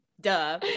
Duh